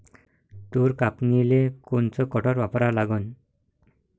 तूर कापनीले कोनचं कटर वापरा लागन?